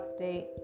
update